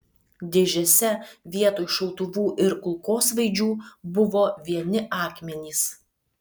dėžėse vietoj šautuvų ir kulkosvaidžių buvo vieni akmenys